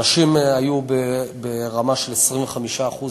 הנשים היו ברמה של 25% השתתפות,